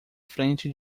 frente